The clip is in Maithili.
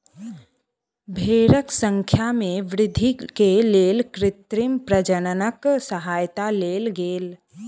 भेड़क संख्या में वृद्धि के लेल कृत्रिम प्रजननक सहयता लेल गेल